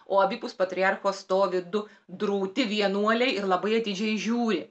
o abipus patriarcho stovi du drūti vienuoliai ir labai atidžiai žiūri